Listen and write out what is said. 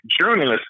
journalists